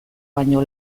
baino